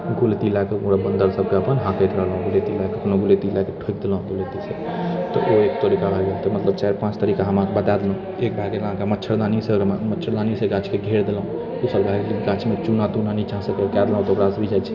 गुलैन्ती लएके ओकरा बन्दर सभके अपन हाँकैत रहलहुँ गुलैन्ती लएके कखनो गुलैन्ती लएके ठोकि देलहुँ गुलैन्तीसँ तऽ ओहि तोड़िके तऽ मतलब चारि पाँच तरीका हम अहाँकेँ बता देलहुँ एक भए गेल अहाँकेँ मच्छरदानीसँ मच्छरदानीसँ गाछके घेर देलहुँ दोसर भए गेल गाछमे चूना तुना निच्चासँ घेर देलहुँ तऽ ओकरासँ भी जाइत छै